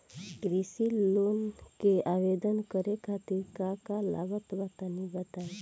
कृषि लोन के आवेदन करे खातिर का का लागत बा तनि बताई?